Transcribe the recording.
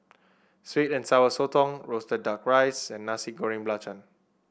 sweet and Sour Sotong roasted duck rice and Nasi Goreng Belacan